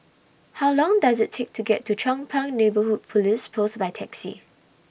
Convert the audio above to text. How Long Does IT Take to get to Chong Pang Neighbourhood Police Post By Taxi